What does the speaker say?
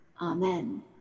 Amen